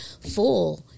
full